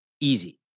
Easy